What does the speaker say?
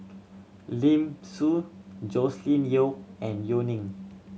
Lim Soo Joscelin Yeo and Yeo Ning